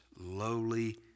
lowly